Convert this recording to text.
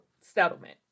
settlement